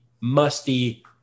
musty